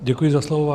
Děkuji za slovo.